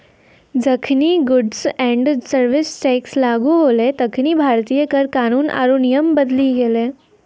जखनि goods and service tax लागू होलै तखनि भारतीय कर कानून आरु नियम बदली गेलै